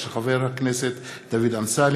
של חבר הכנסת דוד אמסלם.